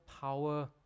power